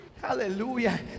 Hallelujah